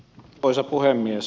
arvoisa puhemies